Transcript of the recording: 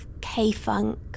K-funk